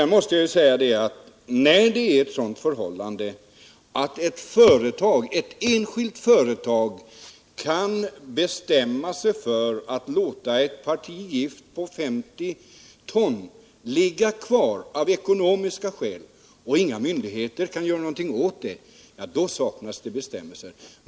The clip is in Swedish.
När ett enskilt företag kan bestämma att av ekonomiska skäl låta ett parti gift på 50 ton ligga kvar och inga myndigheter kan göra någonting åt det, då saknas det bestämmelser.